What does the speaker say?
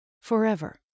forever